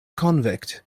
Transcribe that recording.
convict